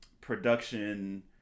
production